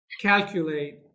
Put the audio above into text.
calculate